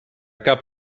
cap